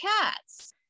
cats